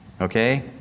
Okay